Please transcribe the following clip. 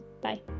Bye